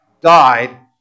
died